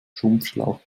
schrumpfschlauch